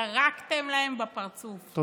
ירקתם להם בפרצוף.